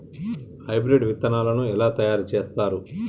Hybrid విత్తనాలను ఎలా తయారు చేస్తారు?